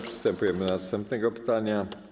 Przystępujemy do następnego pytania.